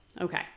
Okay